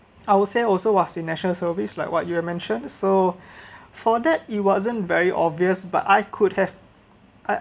I would say also was in national service like what you’ve mentioned so for that he wasn't very obvious but I could have I